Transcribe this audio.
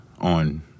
on